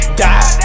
die